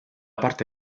parte